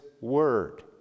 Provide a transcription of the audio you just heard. word